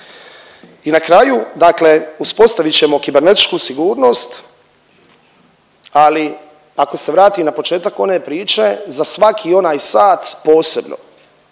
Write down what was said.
I na kraju, dakle uspostavit ćemo kibernetičku sigurnost, ali ako se vrati na početak one priče za svaki onaj sat posebno.